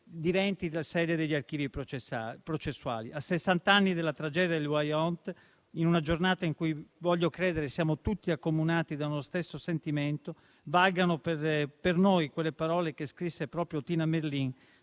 diventi la sede degli archivi processuali. A sessant'anni dalla tragedia del Vajont, in una giornata in cui voglio credere che siamo tutti accomunati da uno stesso sentimento, valgano per noi quelle parole che scrisse proprio Tina Merlin: